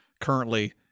currently